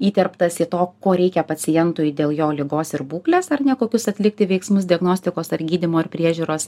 įterptas į to ko reikia pacientui dėl jo ligos ir būklės ar ne kokius atlikti veiksmus diagnostikos gydymo ir priežiūros